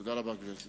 תודה רבה, גברתי.